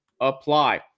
apply